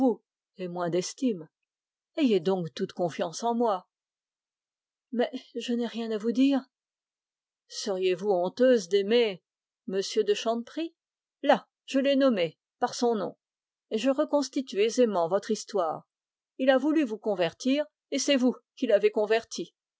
et moins d'estime ayez donc confiance en moi mais je n'ai rien à vous dire seriez-vous honteuse d'aimer m de chanteprie là je l'ai nommé par son nom et je reconstitue aisément votre histoire il a voulu vous convertir et c'est vous qui l'avez converti